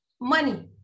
money